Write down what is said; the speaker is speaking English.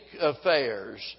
affairs